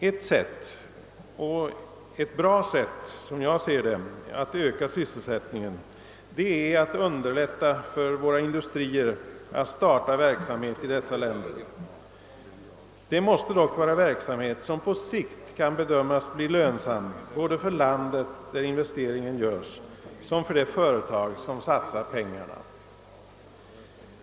Ett bra sätt, som jag ser det, att öka sysselsättningen är att underlätta för våra industrier att starta verksamhet i dessa länder. Det måste dock vara verksamhet som på sikt kan bedömas bli lönsam både för landet där investeringen görs och för det företag som satsar pengarna.